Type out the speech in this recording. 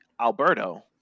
Alberto